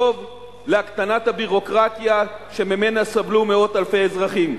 טוב להקטנת הביורוקרטיה שממנה סבלו מאות אלפי אזרחים.